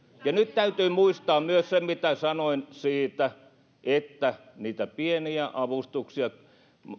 ja nyt täytyy muistaa myös se mitä sanoin että niitä pieniä avustuksia